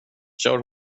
kör